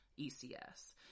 ECS